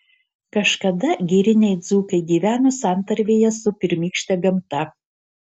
kažkada giriniai dzūkai gyveno santarvėje su pirmykšte gamta